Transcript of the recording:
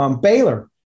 Baylor